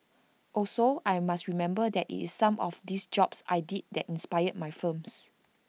also I must remember that IT is some of these jobs I did that inspired my films